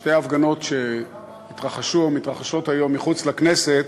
שתי ההפגנות שהתרחשו או מתרחשות היום מחוץ לכנסת,